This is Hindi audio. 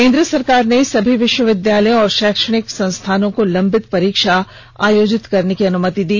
केन्द्र सरकार ने सभी विष्वविधालयों और षैक्षणिक संस्थानों को लंबित परीक्षा आयोजित करने की अनुमति दी